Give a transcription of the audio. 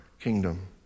kingdom